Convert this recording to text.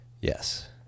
Yes